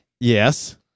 Yes